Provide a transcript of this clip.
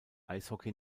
eishockey